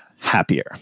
happier